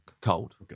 Cold